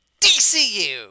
DCU